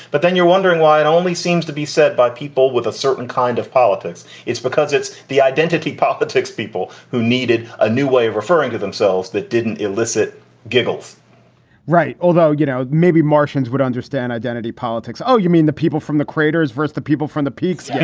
but then you're wondering why it only seems to be set by people with a certain kind of politics. it's because it's the identity politics, people who needed a new way of referring to themselves that didn't elicit giggles right. although, you know, maybe martians would understand identity politics. oh, you mean the people from the creators versus the people from the peaks? yeah